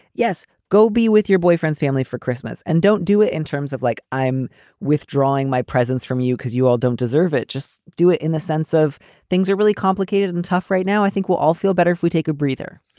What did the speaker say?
yes. go be with your boyfriend's family for christmas and don't do it in terms of like i'm withdrawing my presence from you because you all don't deserve it. just do it in the sense of things are really complicated and tough right now. i think we'll all feel better if we take a breather.